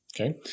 Okay